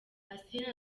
asinah